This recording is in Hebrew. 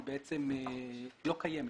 היא בעצם לא קיימת,